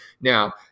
Now